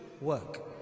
work